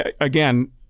again